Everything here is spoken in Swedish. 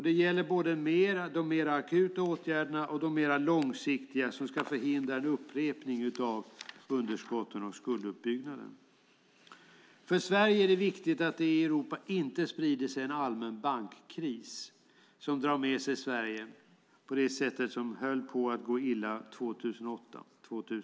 Det gäller både de mer akuta åtgärderna och de mer långsiktiga som ska förhindra en upprepning av underskott och skulduppbyggnad. För Sverige är det viktigt att en allmän bankkris inte sprider sig i Europa och drar med sig Sverige på samma sätt som 2008/09 då det höll på att gå illa.